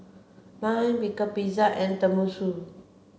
Lime Pickle Pizza and Tenmusu